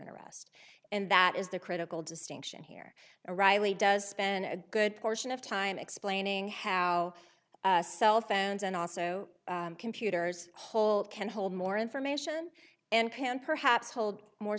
arrest and that is the critical distinction here a riley does spend a good portion of time explaining how cell phones and also computers hold can hold more information and can perhaps hold more